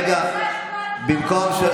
אנחנו אומרים מה חשוב לנו.